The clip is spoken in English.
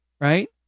right